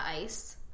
ice